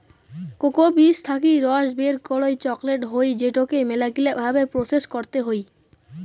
cocoa বীজ থাকি রস বের করই চকলেট হই যেটোকে মেলাগিলা ভাবে প্রসেস করতে হই